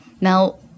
Now